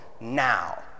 Now